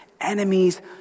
enemies